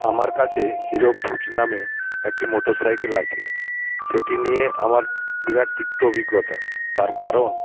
আমার কাছে হিরোপুচ নামে একটি মোটর সাইকেল আছে সেটি নিয়ে আমার বিরাট তিক্ত অভিজ্ঞতা তার কারণ